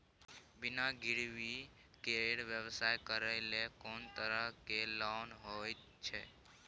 बिना गिरवी के व्यवसाय करै ले कोन तरह के लोन होए छै?